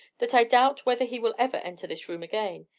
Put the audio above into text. that i doubt whether he will ever enter this room again.